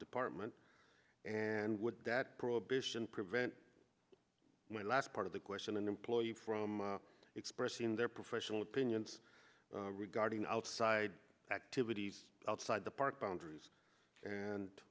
department and would that prohibition prevent my last part of the question an employee from expressing their professional opinions regarding outside activities outside the park boundaries